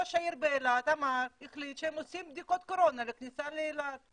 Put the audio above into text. ראש העיר אילת החליט שהם עושים בדיקות קורונה בכניסה לאילת.